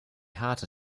heart